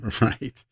Right